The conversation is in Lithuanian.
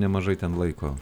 nemažai ten laiko